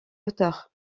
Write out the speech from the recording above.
auteur